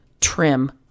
trim